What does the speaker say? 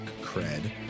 cred